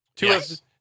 Yes